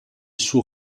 suo